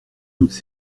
toutes